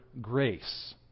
grace